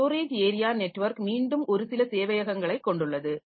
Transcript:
storage area network மீண்டும் ஒரு சில சேவையகங்களைக் கொண்டுள்ளது